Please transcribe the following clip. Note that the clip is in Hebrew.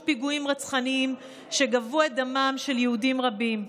פיגועים רצחניים שגבו את דמם של יהודים רבים.